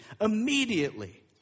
immediately